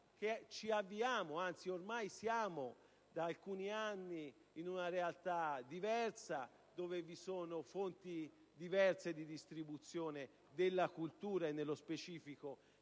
dimenticare che ormai siamo da alcuni anni in una realtà diversa, dove vi sono fonti diverse di distribuzione della cultura, e nello specifico